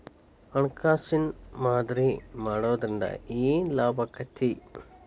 ಹಣ್ಕಾಸಿನ್ ಮಾದರಿ ಮಾಡಿಡೊದ್ರಿಂದಾ ಏನ್ ಲಾಭಾಕ್ಕೇತಿ?